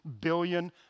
billion